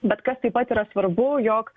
bet kas taip pat yra svarbu jog